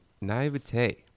naivete